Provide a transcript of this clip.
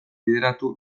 bideratu